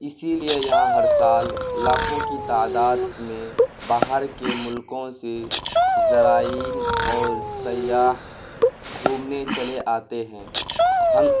اسی لیے یہاں ہر سال لاکھوں کے تعداد میں باہر کے ملکوں سے ذرائین اور سیاح گھومنے چلے آتے ہیں ہم